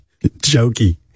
Jokey